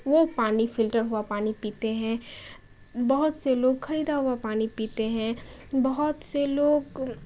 وہ پانی فلٹر ہوا پانی پیتے ہیں بہت سے لوگ خریدا ہوا پانی پیتے ہیں بہت سے لوگ